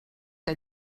que